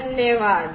धन्यवाद